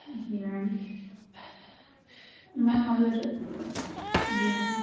जी ma'am ma'am अगर जी हाँ